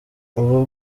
ubu